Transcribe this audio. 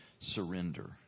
surrender